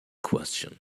question